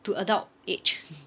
to adult age